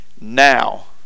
now